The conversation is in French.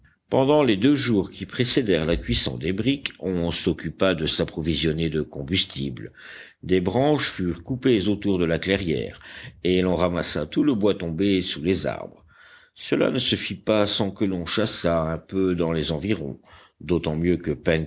pendant les deux jours qui précédèrent la cuisson des briques on s'occupa de s'approvisionner de combustible des branches furent coupées autour de la clairière et l'on ramassa tout le bois tombé sous les arbres cela ne se fit pas sans que l'on chassât un peu dans les environs d'autant mieux que